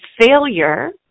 failure